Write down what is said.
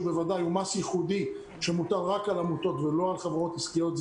שהוא מס ייחודי שמוטל רק על עמותות ולא על חברות עסקיות,